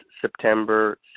September